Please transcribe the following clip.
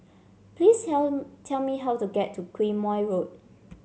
please tell tell me how to get to Quemoy Road